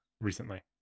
recently